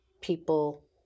people